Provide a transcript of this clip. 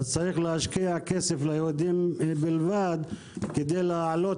אז צריך להשקיע כסף ליהודים בלבד כדי להעלות